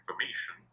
information